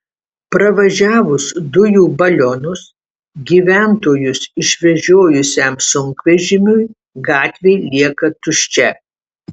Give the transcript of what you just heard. pravažiavus dujų balionus gyventojus išvežiojusiam sunkvežimiui gatvė lieka tuščia